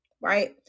right